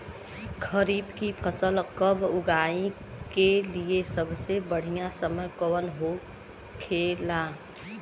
खरीफ की फसल कब उगाई के लिए सबसे बढ़ियां समय कौन हो खेला?